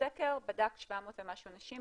הסקר בדק 700 ומשהו נשים,